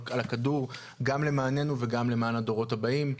הכדור גם למעננו וגם למען הדורות הבאים,